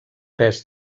pes